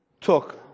took